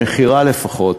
המכירה לפחות,